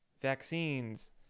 Vaccines